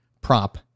Prop